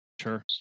Sure